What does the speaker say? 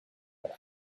but